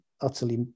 utterly